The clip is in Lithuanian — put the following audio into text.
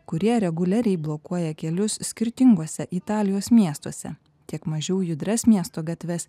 kurie reguliariai blokuoja kelius skirtinguose italijos miestuose tiek mažiau judrias miesto gatves